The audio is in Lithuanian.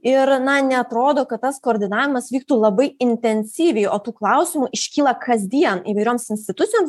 ir na neatrodo kad tas koordinavimas vyktų labai intensyviai o tų klausimų iškyla kasdien įvairioms institucijoms